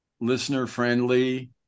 listener-friendly